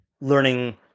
learning